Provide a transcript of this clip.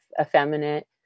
effeminate